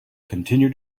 continued